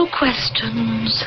questions